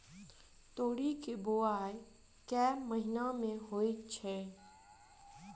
तोरी केँ बोवाई केँ महीना मे होइ छैय?